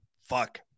Fuck